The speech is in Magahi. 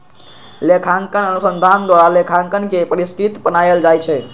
लेखांकन अनुसंधान द्वारा लेखांकन के परिष्कृत बनायल जाइ छइ